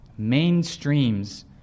mainstreams